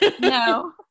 No